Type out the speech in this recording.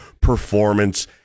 performance